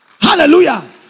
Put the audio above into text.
Hallelujah